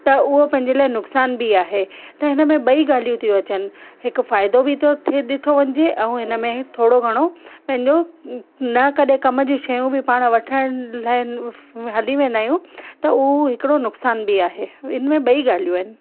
त उहो पंहिंजे लाइ नुक़सानु बि आहे त हिन में ॿई ॻाल्हियूं थियूं अचनि हिकु फ़ाइदो बि थो थिए ॾिठो वञिजे ऐं हिन में थोरो घणो पंहिंजो न कॾहिं कम जूं शयूं बि पाण वठण लाइ हली वेंदा आहियूं त हू हिकिड़ो नुक़सानु बि आहे त इन में ॿई ॻाल्हियूं आहिनि